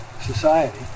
society